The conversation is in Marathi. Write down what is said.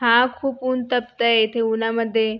हां खूप ऊन तापतंय इथे उन्हामध्ये